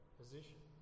position